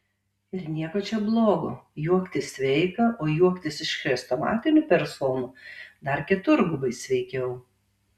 ir nieko čia blogo juoktis sveika o juoktis iš chrestomatinių personų dar keturgubai sveikiau